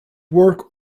work